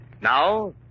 Now